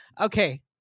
Okay